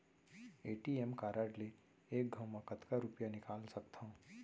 ATM card ले एक घव म कतका रुपिया निकाल सकथव?